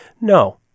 no